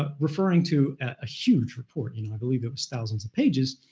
ah referring to a huge report. you know i believe it was thousands of pages.